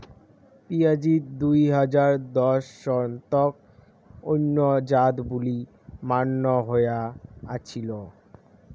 পিঁয়াজিত দুই হাজার দশ সন তক অইন্য জাত বুলি মান্য হয়া আছিল